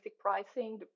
pricing